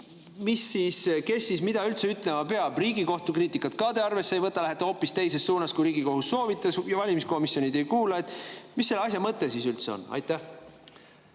arvesse. Kes siis mida üldse ütlema peab? Riigikohtu kriitikat te ka arvesse ei võta, lähete hoopis teises suunas, kui Riigikohus soovitas. Valimiskomisjoni te ei kuula. Mis selle asja mõte siis üldse on? Aitäh!